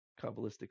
Kabbalistic